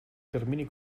termini